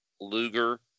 Luger